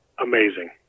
amazing